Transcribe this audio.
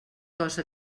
cosa